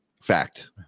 Fact